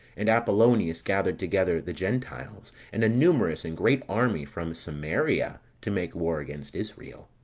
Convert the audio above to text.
and apollonius gathered together the gentiles, and a numerous and great army from samaria, to make war against israel.